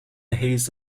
hayes